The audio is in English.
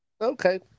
Okay